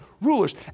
rulers